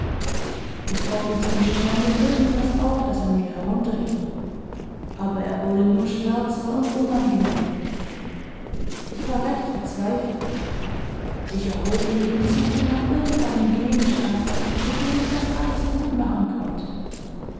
ich trocknete ihn schnell mit irgendwas auf das an mir herunterhing aber er wurde nur schwärzer und unangenehmer ich war recht verzweifelt ich erhob mich und suchte nach irgendeinem gegenstand mit dem ich das alles gutmachen konnte